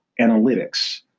analytics